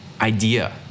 idea